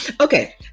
Okay